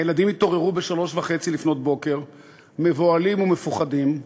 הילדים התעוררו ב-03:30 מבוהלים ומפוחדים,